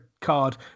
card